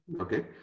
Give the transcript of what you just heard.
Okay